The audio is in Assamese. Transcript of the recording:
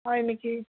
হয় নেকি